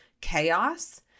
chaos